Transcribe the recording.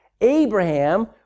Abraham